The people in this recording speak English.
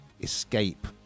escape